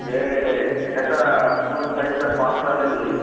ଯେ ହେଟା ଫୁଲ୍ ସାଇଜ୍ଟା ପାଞ୍ଚଟା ନେବି